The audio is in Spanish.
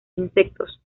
insectos